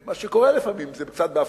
כמו שזה קורה לפעמים, זה קצת בהפתעה.